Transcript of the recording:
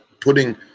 putting